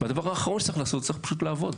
והדבר האחרון הוא שצריך פשוט לעבוד,